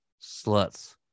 Sluts